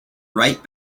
right